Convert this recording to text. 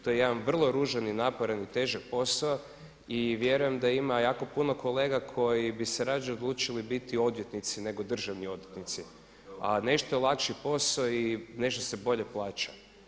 To je jedan vrlo ružan i naporan i težak posao i vjerujem da ima jako puno kolega koji bi se rađe odlučili biti ovdjetnici, nego državni odvjetnici, a nešto je lakši je posao i nešto se bolje plaća.